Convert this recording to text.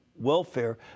welfare